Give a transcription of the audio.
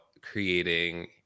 creating